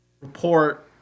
report